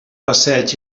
passeig